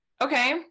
okay